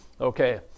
Okay